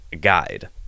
Guide